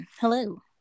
hello